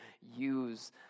use